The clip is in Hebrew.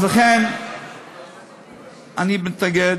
אז לכן אני מתנגד.